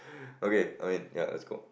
okay I mean ya let's go